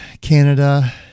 Canada